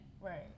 right